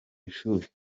ishuri